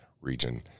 region